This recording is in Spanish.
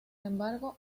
embargo